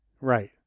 right